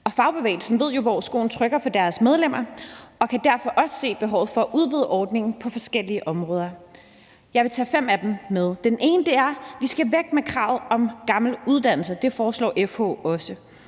Fagbevægelsen ved jo, hvor skoen trykker på deres medlemmer, og kan derfor også se behovet for at udvide ordningen på forskellige områder. Jeg vil tage fem af dem med. Det ene er, at vi skal væk fra kravet om en gammel uddannelse. Det foreslår FH også.